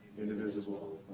indivisible,